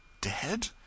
Dead